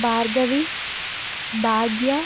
Bhargavi Bhagya